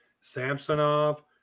Samsonov